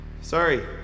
Sorry